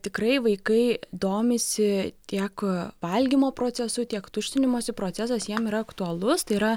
tikrai vaikai domisi tiek valgymo procesu tiek tuštinimosi procesas jiem yra aktualus tai yra